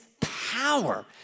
power